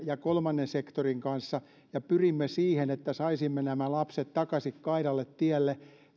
ja kolmannen sektorin kanssa ja pyrimme siihen että saisimme nämä lapset takaisin kaidalle tielle